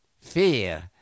Fear